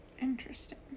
Interesting